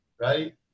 right